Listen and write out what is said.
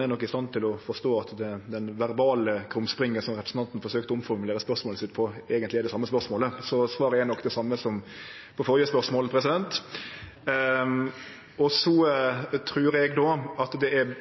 er nok i stand til å forstå at bak det verbale krumspringet som representanten forsøkte å omformulere spørsmålet sitt med, er spørsmålet eigentleg det same. Så svaret er nok det same som på det førre spørsmålet. Så trur eg då at det er